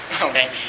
Okay